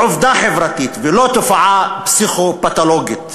היא עובדה חברתית, ולא תופעה פסיכו-פתולוגית